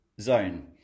zone